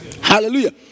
Hallelujah